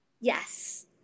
Yes